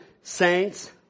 Saints